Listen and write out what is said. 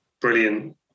brilliant